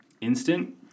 instant